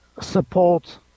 support